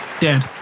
Dead